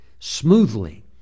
Smoothly